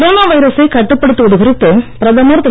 corona வைரசைக் கட்டுப்படுத்துவது குறித்து பிரதமர் திரு